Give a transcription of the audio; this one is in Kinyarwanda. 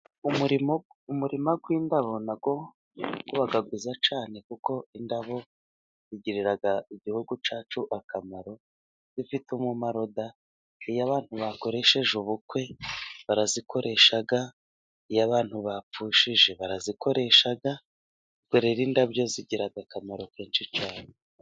Umurimo, umurima w'indaro nawo ubaga mwiza cyane kuko indabo zigirira igihugu cyacu akamaro, zifite umumaro da; iyo abantu bakoresheje ubukwe barazikoresha, iyo abantu bapfushije barazikoresha, ubwo rero indabyo zigira akamaro kenshi cyane.